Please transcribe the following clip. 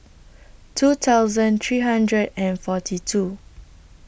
two thousand three hundred and forty two